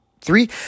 three